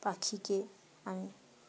পাখিকে আমি